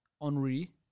Henri